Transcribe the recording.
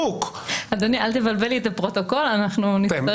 אדוני, אל תבלבל לי את הפרוטוקול, אנחנו נצטרך...